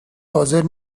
حاضر